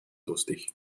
lustig